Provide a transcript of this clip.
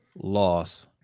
loss